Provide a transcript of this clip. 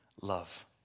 love